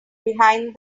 behind